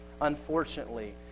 unfortunately